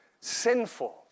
sinful